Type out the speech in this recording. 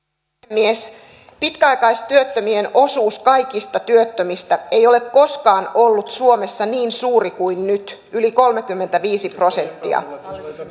puhemies pitkäaikaistyöttömien osuus kaikista työttömistä ei ole koskaan ollut suomessa niin suuri kuin nyt yli kolmekymmentäviisi prosenttia